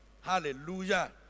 hallelujah